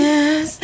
Yes